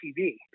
TV